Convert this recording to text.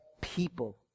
people